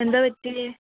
എന്താ പറ്റിയത്